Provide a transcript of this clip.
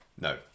No